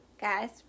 guys